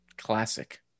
classic